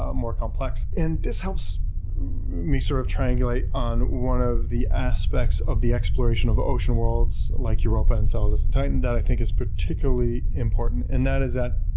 ah more complex? and this helps me sort of triangulate on one of the aspects of the exploration of ocean worlds like europa, enceladus, and titan that i think is particularly important. and that is that